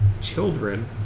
children